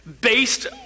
based